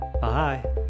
Bye